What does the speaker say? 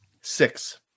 Six